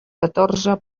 catorze